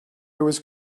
was